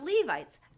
Levites